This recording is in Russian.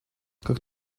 как